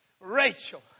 Rachel